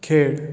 खेळ